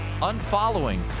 unfollowing